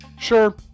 Sure